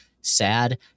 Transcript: sad